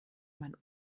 man